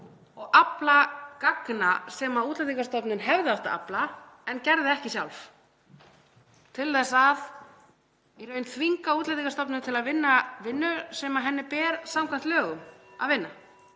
og afla gagna, sem Útlendingastofnun hefði átt að afla en gerði það ekki sjálf, til þess að í raun þvinga Útlendingastofnun til að vinna vinnu sem henni ber samkvæmt lögum að vinna.